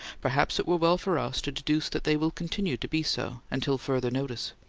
perhaps it were well for us to deduce that they will continue to be so until further notice.